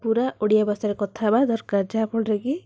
ପୁରା ଓଡ଼ିଆ ଭାଷାରେ କଥା ହେବା ଦରକାର ଯାହାଫଳରେ କି